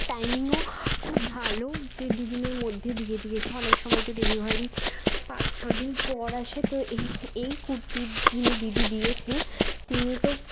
টাইমিংও খুব ভালো দেড় দুদিনের মধ্যে দিয়ে দিয়েছে অনেক সময় তো ডেলিভারি পাঁচ ছ দিন পর আসে তো এই এই কুর্তির যিনি দিদি দিয়েছেন তিনি তো